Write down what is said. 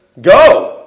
go